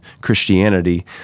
Christianity